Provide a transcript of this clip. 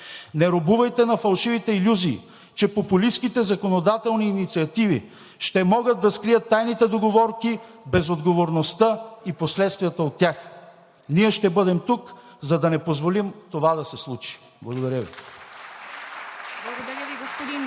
Не робувайте на фалшивите илюзии, че популистките законодателни инициативи ще могат да скрият тайните договорки, безотговорността и последствията от тях. Ние ще бъдем тук, за да не позволим това да се случи. Благодаря Ви. (Ръкопляскания от